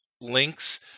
links